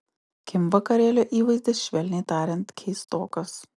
kim vakarėlio įvaizdis švelniai tariant keistokas